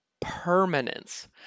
Permanence